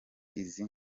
izi